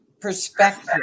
perspective